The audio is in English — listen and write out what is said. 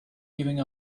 giving